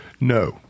No